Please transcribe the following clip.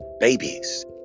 babies